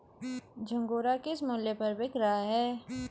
झंगोरा किस मूल्य पर बिक रहा है?